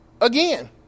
again